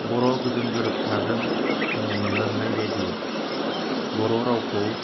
बर'आव गोजोन गोरोबथाजों जोङो मोननो हानायबायदियै बर' रावखौ